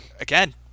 again